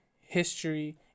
history